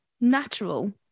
natural